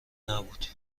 نبود